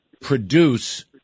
produce